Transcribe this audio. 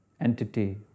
entity